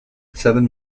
seven